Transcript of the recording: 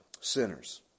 sinners